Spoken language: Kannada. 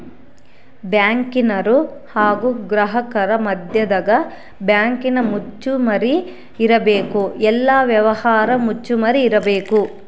ಬ್ಯಾಂಕಿನರು ಹಾಗು ಗ್ರಾಹಕರ ಮದ್ಯದಗ ಬ್ಯಾಂಕಿನ ಮುಚ್ಚುಮರೆ ಇರಬೇಕು, ಎಲ್ಲ ವ್ಯವಹಾರ ಮುಚ್ಚುಮರೆ ಇರಬೇಕು